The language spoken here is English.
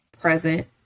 present